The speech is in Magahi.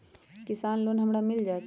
किसान लोन हमरा मिल जायत?